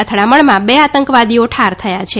અથડામણમાં બે આતંકવાદીઓ ઠાર થયા છે